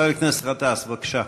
חבר הכנסת גטאס, בבקשה.